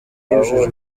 yujuje